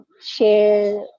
share